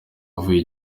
avuye